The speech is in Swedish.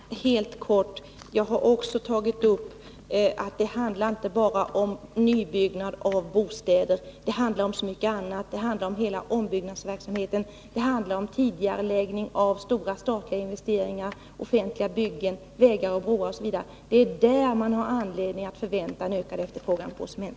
Fru talman! Återigen helt kort. Jag har också nämnt att det inte bara är fråga om nybyggnad av bostäder. Det handlar även om mycket annat. Det handlar om hela ombyggnadsverksamheten, om tidigareläggning av stora statliga investeringar, offentliga byggen, vägar, broar osv. Det är därvidlag som man har anledning att förvänta en ökad efterfrågan på cement.